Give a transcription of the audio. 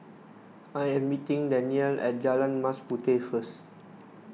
I am meeting Danyelle at Jalan Mas Puteh first